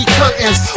curtains